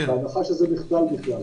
בהנחה שזה מחדל בכלל.